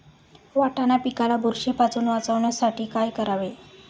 वाटाणा पिकाला बुरशीपासून वाचवण्यासाठी काय करावे?